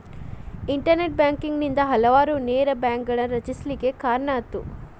internet banking ನಿಂದಾ ಹಲವಾರು ನೇರ ಬ್ಯಾಂಕ್ಗಳನ್ನ ರಚಿಸ್ಲಿಕ್ಕೆ ಕಾರಣಾತು